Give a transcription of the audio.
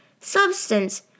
Substance